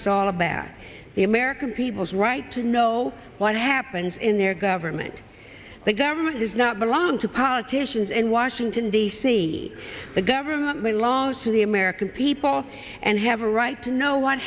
is all about the american people's right to know what happens in their government the government does not belong to politicians in washington d c the government will launch to the american people and have a right to know what